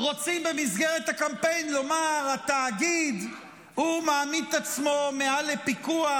רוצים במסגרת הקמפיין לומר: התאגיד מעמיד את עצמו מעל לפיקוח,